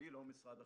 אני לא משרד החינוך,